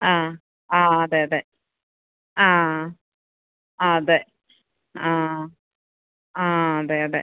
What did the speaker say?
ആ ആ അതെ അതെ ആ ആ അതെ ആ ആ ആ അതെ അതെ